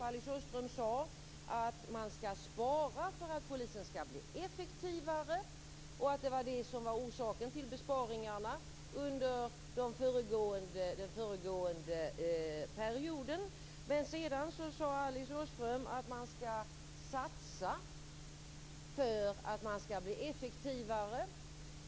Alice Åström sade att man skall spara för att polisen skall bli effektivare och att det var det som var orsaken till besparingarna under den föregående perioden. Sedan sade Alice Åström att man skall satsa för att man skall bli effektivare.